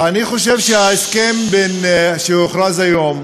אני חושב שההסכם שהוכרז היום,